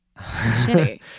Shitty